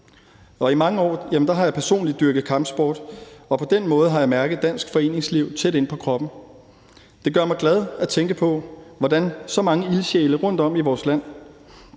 på. I mange år har jeg personligt dyrket kampsport, og på den måde har jeg mærket dansk foreningsliv tæt inde på livet. Det gør mig glad at tænke på, hvordan så mange ildsjæle rundtom i vores land